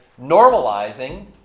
normalizing